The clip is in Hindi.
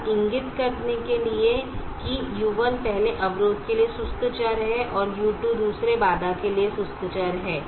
यह इंगित करने के लिए कि u1 पहले अवरोध के लिए सुस्त चर है और u2 दूसरे बाधा के लिए सुस्त चर है